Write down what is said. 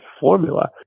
formula